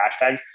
hashtags